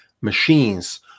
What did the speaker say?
machines